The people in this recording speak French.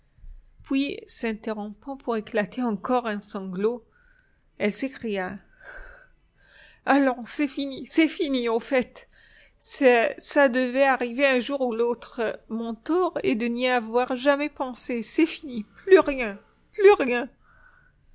puis s'interrompant pour éclater encore en sanglots elle s'écria allons c'est fini c'est fini au fait ça devait arriver un jour ou l'autre mon tort est de n'y avoir jamais pensé c'est fini plus rien plus rien